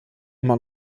immer